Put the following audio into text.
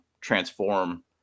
transform